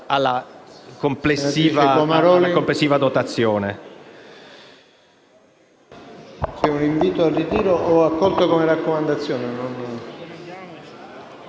alla complessiva dotazione.